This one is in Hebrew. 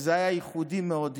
וזה היה ייחודי מאוד,